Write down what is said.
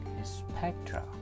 spectra